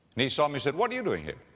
and he saw me. said, what're you doing here?